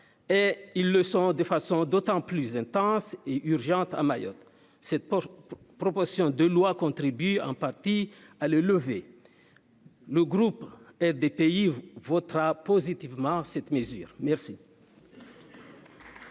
et ils le sont de façon d'autant plus intense et urgente à Mayotte, cette proposition de loi contribue en partie à le lever, le groupe des pays votera positivement cette mesure merci.